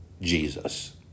Jesus